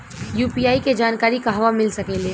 UPI के जानकारी कहवा मिल सकेले?